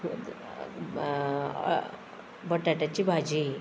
बटाट्याची भाजी